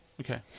Okay